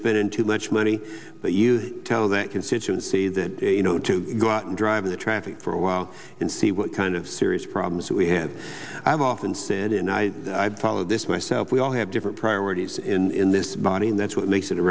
spending too much money but you tell that constituency that you know to go out and drive in the traffic for a while and see what kind of serious problems that we have i have often said and i follow this myself we all have different priorities in this body and that's what makes it a